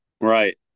Right